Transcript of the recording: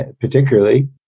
particularly